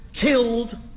killed